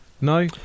no